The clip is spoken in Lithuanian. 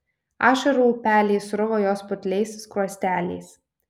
ašarų upeliai sruvo jos putliais skruosteliais